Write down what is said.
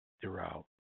throughout